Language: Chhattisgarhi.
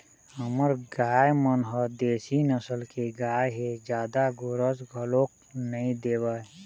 हमर गाय मन ह देशी नसल के गाय हे जादा गोरस घलोक नइ देवय